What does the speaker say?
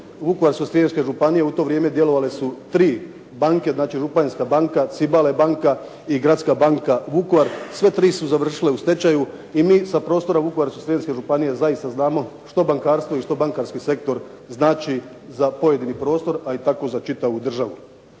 Vukovarsko-Srijemske županije u to vrijeme djelovale su tri banke. Znači Županjska banka, Cibalia banka i Gradska banka Vukovar. Sve tri su završile u stečaju i mi sa prostora Vukovarsko-Srijemske županije zaista znamo što bankarstvo i što bankarski sektor znači za pojedini prostor a i tako za čitavu državu.